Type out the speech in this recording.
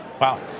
Wow